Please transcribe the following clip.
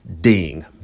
ding